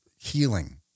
healing